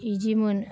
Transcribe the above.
इदिमोन